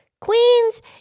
Queens